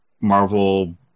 Marvel